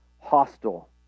hostile